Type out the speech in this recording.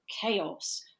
chaos